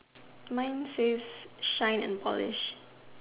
mine says shine and polish